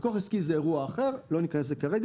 לקוח עסקי זה אירוע אחר, לא ניכנס לזה כרגע.